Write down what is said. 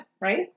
right